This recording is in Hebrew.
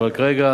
אבל כרגע